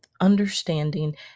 understanding